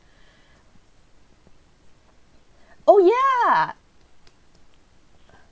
oh yeah